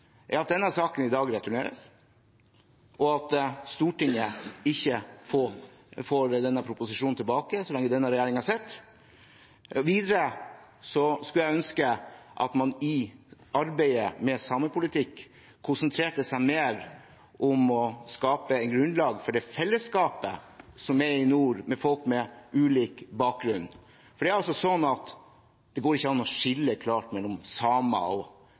at denne saken i dag returneres, og at Stortinget ikke får proposisjonen tilbake så lenge denne regjeringen sitter. Videre skulle jeg ønske at man i arbeidet med samepolitikk konsentrerte seg mer om å skape grunnlag for det fellesskapet som er i nord med folk med ulik bakgrunn. Det går ikke an å skille klart mellom samer og